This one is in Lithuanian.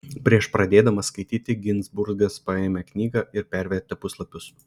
prieš pradėdamas skaityti ginzburgas paėmė knygą ir pervertė puslapius